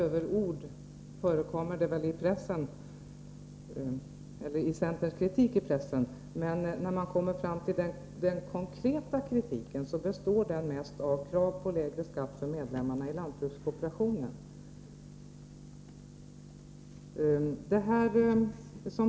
Det förekommer vissa överord i centerns kritik, men konkret framför de i stort sett bara kravet på lägre skatt för medlemmarna i lantbrukskooperationen.